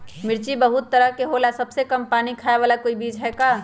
मिर्ची बहुत तरह के होला सबसे कम पानी खाए वाला कोई बीज है का?